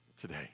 today